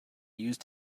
used